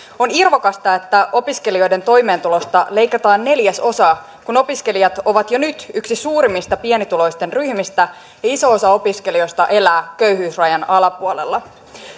on irvokasta että opiskelijoiden toimeentulosta leikataan neljäsosa kun opiskelijat ovat jo nyt yksi suurimmista pienituloisten ryhmistä ja iso osa opiskelijoista elää köyhyysrajan alapuolella